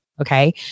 Okay